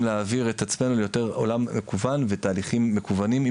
להעביר את עצמנו ליותר עולם מקוון ותהליכים מקווים עם